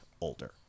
older